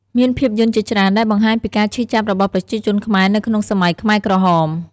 មានភាពយន្តជាច្រើនដែលបង្ហាញពីការឈឺចាប់របស់ប្រជាជនខ្មែរនៅក្នុងសម័យខ្មែរក្រហម។